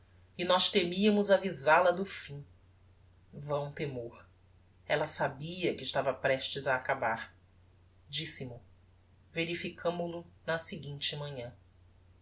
e nós temiamos avisal a do fim vão temor ella sabia que estava prestes a acabar disse mo verificamol o na seguinte manhã